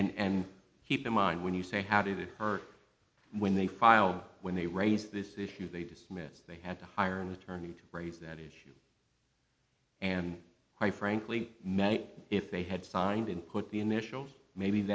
here and keep in mind when you say how did it hurt when they filed when they raise this issue they dismissed they had to hire an attorney to raise that issue and i frankly may if they had signed and put the initials maybe